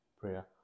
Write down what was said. prayer